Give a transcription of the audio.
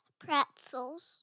pretzels